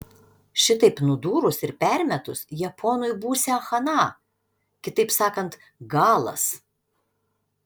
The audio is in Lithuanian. šitaip nudūrus ir permetus japonui būsią chana kitaip sakant galas